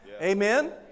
Amen